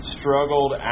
Struggled